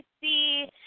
see